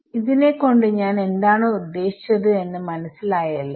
ഇതിനെ കൊണ്ട് ഞാൻ എന്താണ് ഉദ്ദേശിച്ചത് എന്ന് മനസ്സിലായല്ലോ